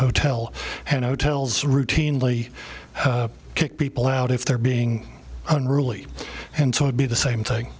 hotel and hotels routinely kick people out if they're being unruly and so would be the same thing